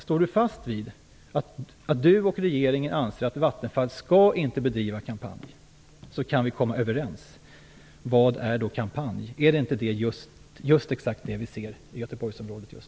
Står Sten Heckscher fast vid att han och regeringen anser att Vattenfall inte skall bedriva kampanj, så kan vi komma överens. Vad är då en kampanj? Är det inte just en sådan som pågår i Göteborgsområdet?